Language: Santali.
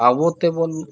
ᱟᱵᱚ ᱛᱮᱵᱚᱱ